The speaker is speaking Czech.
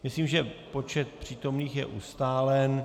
Myslím, že počet přítomných je ustálen.